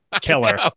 Killer